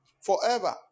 forever